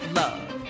love